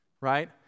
Right